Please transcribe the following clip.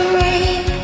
rain